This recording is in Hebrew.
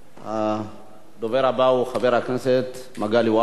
הדובר הבא הוא חבר הכנסת מגלי והבה, בבקשה.